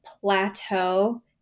plateau